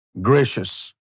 Gracious